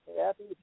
Happy